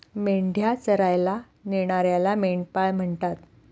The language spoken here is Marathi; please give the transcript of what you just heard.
मेंढ्या चरायला नेणाऱ्याला मेंढपाळ म्हणतात